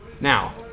Now